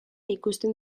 ikusten